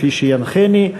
כפי שינחני.